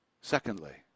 Secondly